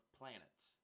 planets